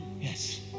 Yes